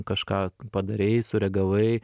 kažką padarei sureagavai